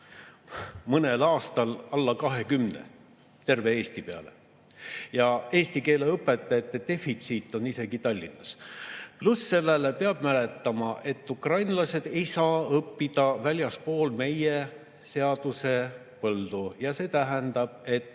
mõnel aastal alla 20 terve Eesti peale. Eesti keele õpetajate defitsiit on isegi Tallinnas. Pluss sellele peab mäletama, et ukrainlased ei saa õppida väljaspool meie seadusepõldu, ja see tähendab, et